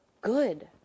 good